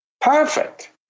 Perfect